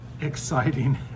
exciting